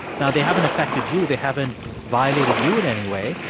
now, they haven't affected you. they haven't violated you in any way,